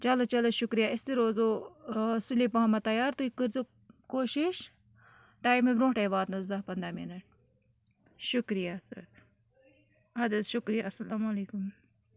چلو چلو شُکریہ أسۍ تہِ روزو سُلے پَہمَتھ تیار تُہۍ کٔرزیو کوٗشِش ٹایمہٕ برونٛٹھَے واتنَس دَہ پنٛداہ مِنَٹ شُکریہ سَر اَدٕ حظ شُکریہ السَلامُ علیکُم